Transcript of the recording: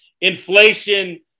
Inflation